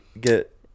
get